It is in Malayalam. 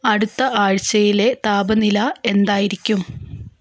അടുത്ത ആഴ്ചയിലെ താപനില എന്തായിരിക്കും